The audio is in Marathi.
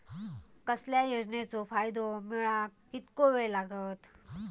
कसल्याय योजनेचो फायदो मेळाक कितको वेळ लागत?